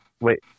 Wait